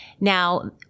Now